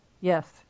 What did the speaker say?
Yes